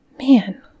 Man